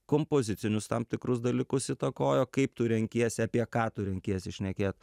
kompozicinius tam tikrus dalykus įtakojo kaip tu renkiesi apie ką tu renkiesi šnekėt